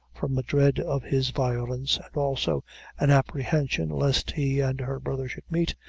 from a dread of his violence, and also an apprehension lest he and her brother should meet,